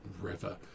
River